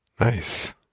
Nice